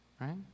right